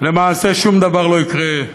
למעשה שום דבר לא יקרה.